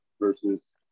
versus